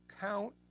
count